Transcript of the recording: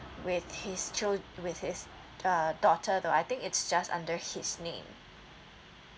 with his chil~ with his uh daughter though I think it's just under his name